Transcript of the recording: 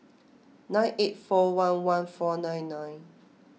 nine eight four one one four nine nine